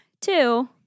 two